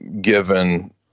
given